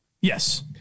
Yes